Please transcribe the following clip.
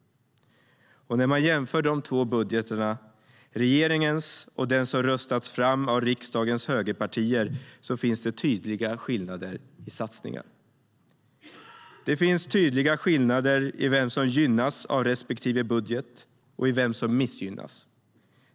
När man jämför de två budgetarna, regeringens och den som röstats fram av riksdagens högerpartier, finns det tydliga skillnader i satsningar. Det finns tydliga skillnader i vem som gynnas av respektive budget och i vem som missgynnas.